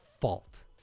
fault